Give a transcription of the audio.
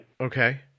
Okay